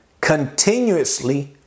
continuously